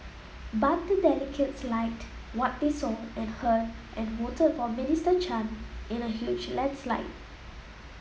but the delegates liked what they saw and heard and voted for Minister Chan in a huge landslide